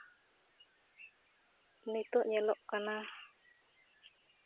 ᱱᱤᱛᱳᱜ ᱧᱮᱞᱚᱜ ᱠᱟᱱᱟ